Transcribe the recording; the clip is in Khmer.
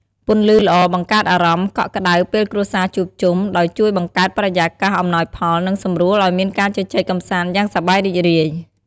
ពន្លឺល្អបង្កើតអារម្មណ៍កក់ក្ដៅពេលគ្រួសារជួបជុំ ដោយជួយបង្កើតបរិយាកាសអំណោយផល និងសម្រួលឲ្យមានការជជែកកម្សាន្តយ៉ាងសប្បាយរីករាយ។